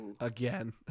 Again